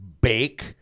bake